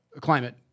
climate